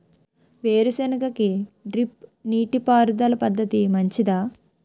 వేరుసెనగ కి డ్రిప్ నీటిపారుదల పద్ధతి మంచిదా?